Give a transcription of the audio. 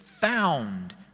found